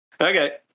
Okay